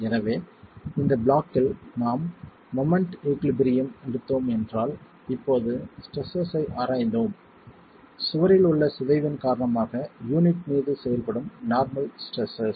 எனவே இந்த ப்ளாக்கில் நாம் மொமெண்ட் ஈகுழிபறியும் எடுத்தோம் என்றால் இப்போது ஸ்ட்ரெஸ்ஸஸ் ஐ ஆராய்ந்தோம் சுவரில் உள்ள சிதைவின் காரணமாக யூனிட் மீது செயல்படும் நார்மல் ஸ்ட்ரெஸ்ஸஸ்